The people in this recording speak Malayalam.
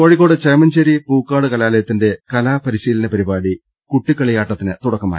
കോഴിക്കോട് ചേമഞ്ചേരി പൂക്കാട് കലാലയത്തിന്റെ കലാ പരി ശീലന പരിപാടി കുട്ടിക്കളിയാട്ടത്തിന് തുടക്കമായി